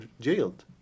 jailed